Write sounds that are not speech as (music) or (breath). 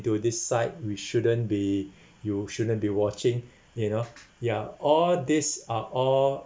this site we shouldn't be (breath) you shouldn't be watching (breath) you know ya all this are all